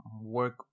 work